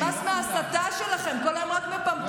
נמאס מההסתה שלכם, כל היום רק מפמפמים.